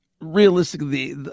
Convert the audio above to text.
realistically